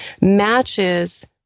matches